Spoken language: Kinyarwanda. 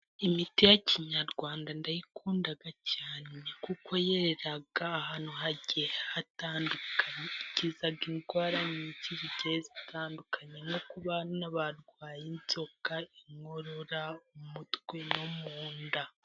Imiti ya kinyarwanda ndayikunda cyane kuko yera ahantu hagiye hatandukanye. Ikiza indwara nyinshi zigiye zitandukanye, nko ku bana barwaye inzoka, inkorora, umutwe no mu nda.